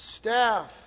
staff